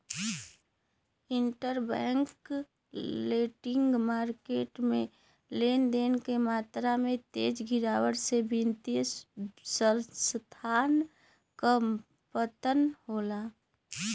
interbank lending market में लेन देन क मात्रा में तेज गिरावट से वित्तीय संस्थान क पतन होला